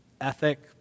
ethic